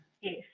Yes